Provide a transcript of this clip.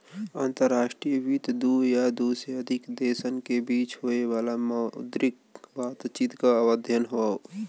अंतर्राष्ट्रीय वित्त दू या दू से अधिक देशन के बीच होये वाला मौद्रिक बातचीत क अध्ययन हौ